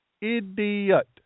Idiot